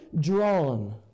drawn